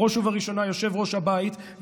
בראש ובראשונה יושב-ראש הבית,